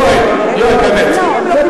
יואל, יואל, באמת.